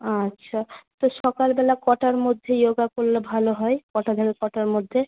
আচ্ছা তো সকালবেলা কটার মধ্যে ইয়োগা করলে ভালো হয় কটা থেকে কটার মধ্যে